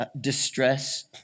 Distress